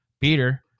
Peter